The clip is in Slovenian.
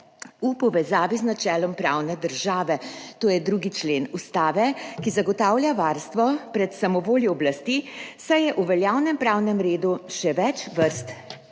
v povezavi z načelom pravne države, to je 2. člen ustave, ki zagotavlja varstvo pred samovoljo oblasti, saj je v veljavnem pravnem redu še več vrst